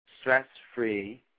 stress-free